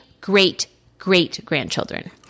great-great-grandchildren